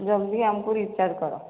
ଜଲ୍ଦି ଆମକୁ କର